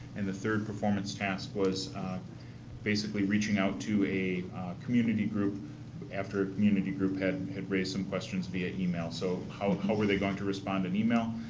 and the third performance task was basically reaching out to a community group after a community group had had raised some questions via email. so, how ah how were they going to respond in email,